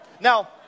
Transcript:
Now